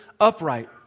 upright